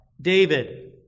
David